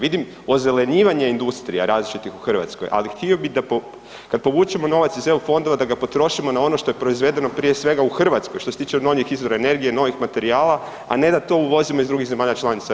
Vidim ozelenjivanja industrija različitih u Hrvatskoj, ali htio bih kada povučemo novac iz eu fondova da ga potrošimo na ono što je proizvedeno prije svega u Hrvatskoj, što se tiče obnovljivih izvora energije, novih materijala, a ne da to uvozimo iz drugih zemalja članica EU.